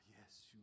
yes